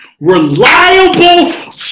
Reliable